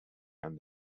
and